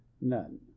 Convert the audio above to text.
none